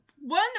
one